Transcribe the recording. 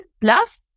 plus